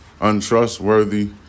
untrustworthy